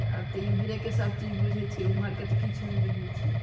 तऽ आब तऽ एम्हरेके सभ चीज बुझय छियै ओम्हरके तऽ किछ नहि बुझै छियै